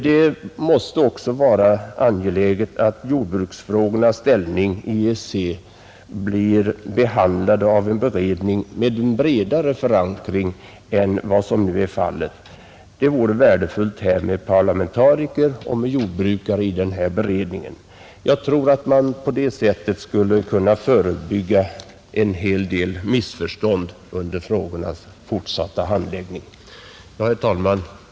Det måste också vara angeläget att jordbruksfrågornas ställning i EEC blir behandlade av en beredning med en bredare förankring än vad som nu är fallet, Det vore värdefullt med parlamentariker och jordbrukare i beredningen. Jag tror att man därigenom skulle kunna förebygga en hel del missförstånd under frågornas fortsatta behandling. Herr talman!